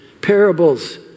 parables